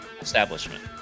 establishment